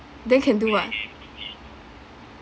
then can do what